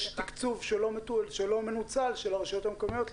תקצוב שלא מנוצל של הרשויות המקומיות,